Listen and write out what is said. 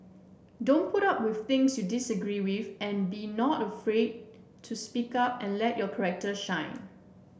don't put up with things you disagree with and be not afraid to speak up and let your corrector shine